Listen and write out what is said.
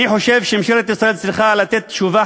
אני חושב שממשלת ישראל צריכה לתת תשובה